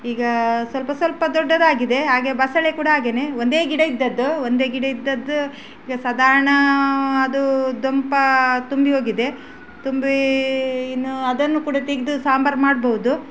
ಈಗ ಸಲ್ಪ ಸಲ್ಪ ದೊಡ್ಡದಾಗಿದೆ ಹಾಗೆ ಬಸಳೆ ಕೂಡ ಹಾಗೆಯೇ ಒಂದೇ ಗಿಡ ಇದ್ದದ್ದು ಒಂದೇ ಗಿಡ ಇದ್ದದ್ದು ಈಗ ಸಾಧಾರಣ ಅದು ದೊಂಪಾ ತುಂಬಿ ಹೋಗಿದೆ ತುಂಬಿ ಇನ್ನೂ ಅದನ್ನು ಕೂಡ ತೆಗೆದು ಸಾಂಬಾರು ಮಾಡ್ಬಹುದು